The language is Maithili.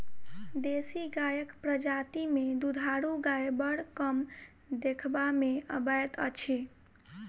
देशी गायक प्रजाति मे दूधारू गाय बड़ कम देखबा मे अबैत अछि